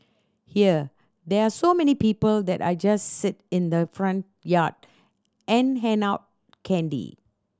here there are so many people that I just sit in the front yard and hand out candy